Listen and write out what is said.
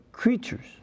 creatures